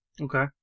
okay